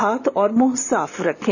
हाथ और मुंह साफ रखें